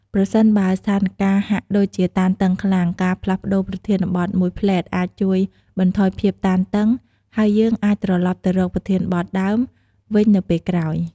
ប្រសិនបើស្ថានការណ៍ហាក់ដូចជាតានតឹងខ្លាំង ការផ្លាស់ប្តូរប្រធានបទមួយភ្លែតអាចជួយបន្ថយភាពតានតឹង ហើយយើងអាចត្រឡប់ទៅរកប្រធានបទដើមវិញនៅពេលក្រោយ។